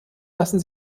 lassen